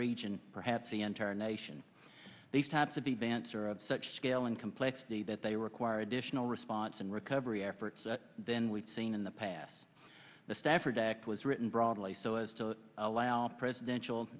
region perhaps the entire nation these types of the bantz are of such scale and complexity that they require additional response and recovery efforts than we've seen in the past the stafford act was written broadly so as to allow presidential